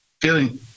feeling